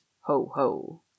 ho-ho